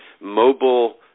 mobile